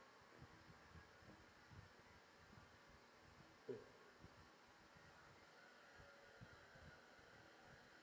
mm